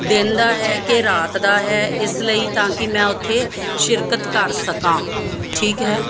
ਦਿਨ ਦਾ ਹੈ ਕਿ ਰਾਤ ਦਾ ਹੈ ਇਸ ਲਈ ਤਾਂ ਕਿ ਮੈਂ ਉੱਥੇ ਸ਼ਿਰਕਤ ਕਰ ਸਕਾਂ ਠੀਕ ਹੈ